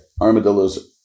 Armadillos